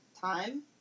time